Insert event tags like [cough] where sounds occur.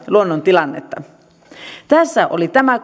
luonnon tilannetta tässä oli tämä [unintelligible]